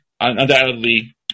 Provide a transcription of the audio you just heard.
undoubtedly